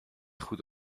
goed